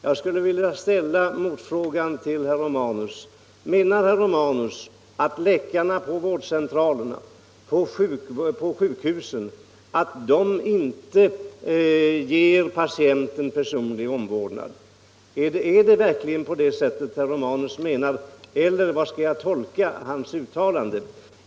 Jag skulle vilja ställa en motfråga till honom: Menar herr Romanus verkligen att läkarna på vårdcentraler och sjukhus inte ger patienterna personlig omvårdnad? Eller hur skall jag tolka hans uttalande?